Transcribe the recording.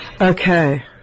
Okay